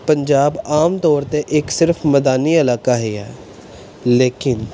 ਪੰਜਾਬ ਆਮ ਤੌਰ 'ਤੇ ਇੱਕ ਸਿਰਫ਼ ਮੈਦਾਨੀ ਇਲਾਕਾ ਹੀ ਹੈ ਲੇਕਿਨ